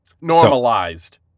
Normalized